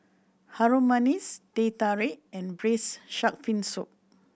Harum Manis Teh Tarik and braise shark fin soup